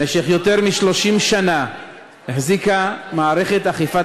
במשך יותר מ-30 שנה החזיקה מערכת אכיפת